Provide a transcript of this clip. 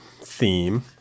theme